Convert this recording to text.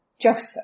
Joseph